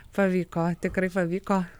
pavyko tikrai pavyko